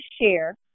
share